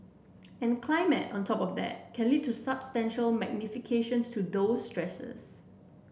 and climate on top of that can lead to substantial magnifications to those stresses